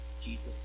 Jesus